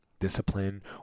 discipline